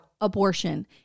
abortion